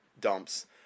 dumps